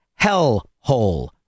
hellhole